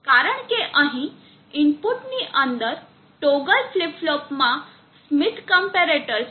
કારણ કે અહીં ઇનપુટની અંદર ટોગલ ફ્લિપ ફ્લોપ માં સ્મિથ ક્મ્પેરેટર છે